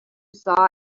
saw